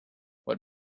what